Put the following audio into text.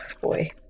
boy